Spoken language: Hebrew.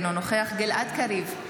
אינו נוכח גלעד קריב,